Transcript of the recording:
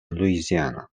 louisiana